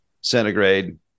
centigrade